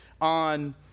on